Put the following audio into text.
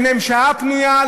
אין להם שעה פנויה,